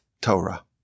Torah